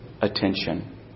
attention